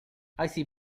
icbm